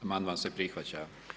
Amandman se prihvaća.